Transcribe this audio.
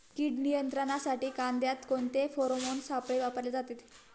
कीड नियंत्रणासाठी कांद्यात कोणते फेरोमोन सापळे वापरले जातात?